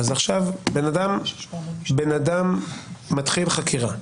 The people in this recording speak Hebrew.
עכשיו, בן אדם מתחיל חקירה.